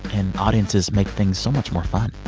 and audiences make things so much more fun.